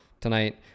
tonight